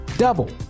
Double